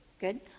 Good